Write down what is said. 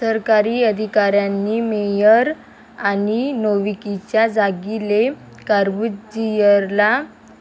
सरकारी अधिकाऱ्यांनी मेयर आणि नौविकीच्या जागी ले कॉर्बुझियरला